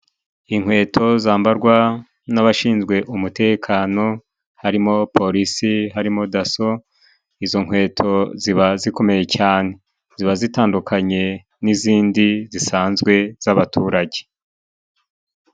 Inkweto zambarwa n'abashinzwe umutekano, harimo polisi, harimo daso, izo nkweto ziba zikomeye cyane. Ziba zitandukanye n'izindi zisanzwe z'abaturage.